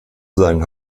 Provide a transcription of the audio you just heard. seinen